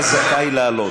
אתה זכאי לעלות.